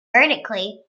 vertically